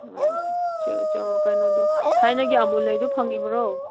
ꯀꯪꯅꯣꯗꯣ ꯊꯥꯏꯅꯒꯤ ꯑꯃꯨꯜ ꯍꯥꯏꯗꯣ ꯐꯪꯉꯤꯕ꯭ꯔꯣ